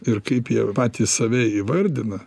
ir kaip jie patys save įvardina